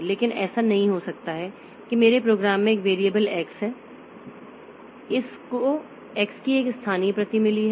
इसलिए ऐसा नहीं हो सकता है कि मेरे प्रोग्राम में एक वैरिएबल x है इस को x की एक स्थानीय प्रति मिली है